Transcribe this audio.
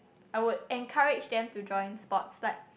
I would encourage them to join sports like